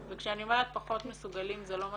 וכשאני אומרת פחות מסוגלים זה לא אומר